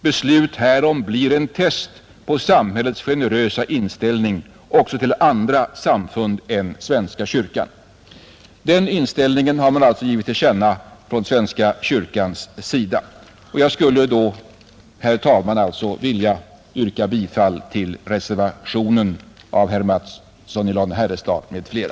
Beslut härom blir en test på samhällets generösa inställning också till andra trossamfund än svenska kyrkan.” — Den inställningen har man alltså givit till känna från svenska kyrkans sida. Jag skulle, herr talman, vilja yrka bifall till reservationen av herr Mattsson i Lane-Herrestad m.fl.